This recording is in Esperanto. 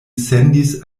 sendis